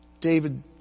David